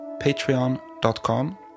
patreon.com